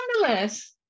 Nonetheless